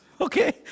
Okay